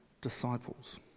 disciples